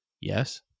yes